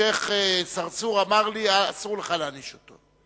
שיח' צרצור אמר לי: אסור לך להעניש אותו.